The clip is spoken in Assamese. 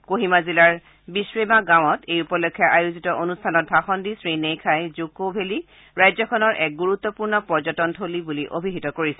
কোহিমা জিলাৰ বিস্বেমা গাঁৱত এই উপলক্ষে আয়োজিত অনুষ্ঠানত ভাষণ দি শ্ৰীনেইখাই জুকো ভেলীক ৰাজ্যখনৰ এক গুৰুত্বপূৰ্ণ পৰ্যটন থলী বুলি অভিহিত কৰিছে